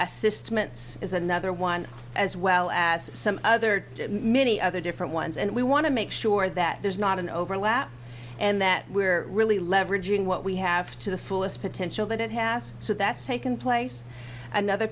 and is another one as well as some other many other different ones and we want to make sure that there's not an overlap and that we're really leveraging what we have to the fullest potential that it has so that's taken place another